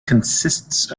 consists